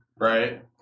Right